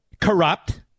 corrupt